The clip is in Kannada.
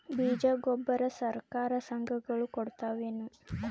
ಬೀಜ ಗೊಬ್ಬರ ಸರಕಾರ, ಸಂಘ ಗಳು ಕೊಡುತಾವೇನು?